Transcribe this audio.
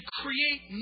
create